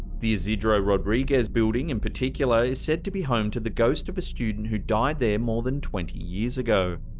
the isidro rodriguez building in particular is said to be home to the ghost of a student who died there more than twenty years ago.